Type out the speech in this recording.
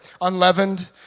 Unleavened